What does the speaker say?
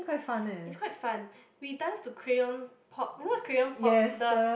it's quite fun we dance to Crayon pop you know what's Crayon pop the